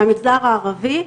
המגזר הערבי,